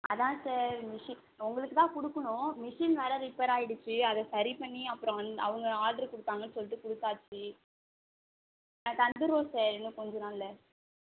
அதான் சார் உங்களுக்குதான் கொடுக்கணும் மிஷின் வேறு ரிப்பேர் ஆகிடுச்சு அதை சரிப்பண்ணி அப்புறம் அவங்க ஆர்ட்ரு கொடுத்தாங்கன்னு சொல்லிட்டு கொடுத்தாச்சி ஆ தந்துடுவோம் சார் இன்னும் கொஞ்சம் நாளில்